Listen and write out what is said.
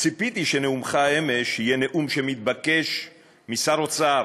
ציפיתי שנאומך אמש יהיה נאום שמתבקש משר אוצר: